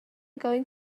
going